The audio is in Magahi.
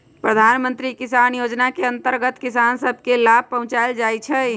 प्रधानमंत्री किसान जोजना के अंतर्गत किसान सभ के लाभ पहुंचाएल जाइ छइ